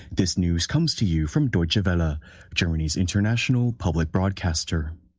this news comes to you from torture, but germany's international public broadcaster